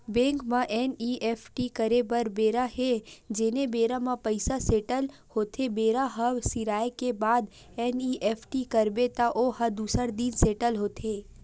bank म NEFT करे बर बेरा हे जेने बेरा म पइसा सेटल होथे बेरा ह सिराए के बाद एन.ई.एफ.टी करबे त ओ ह दूसर दिन सेटल होथे